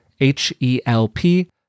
H-E-L-P